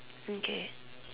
okay